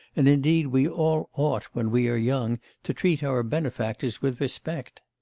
and indeed we all ought when we are young to treat our benefactors with respect